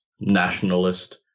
nationalist